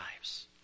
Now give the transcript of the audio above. lives